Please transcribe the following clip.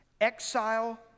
exile